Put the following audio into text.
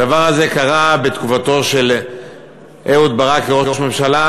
הדבר הזה קרה בתקופתו של אהוד ברק כראש הממשלה,